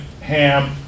ham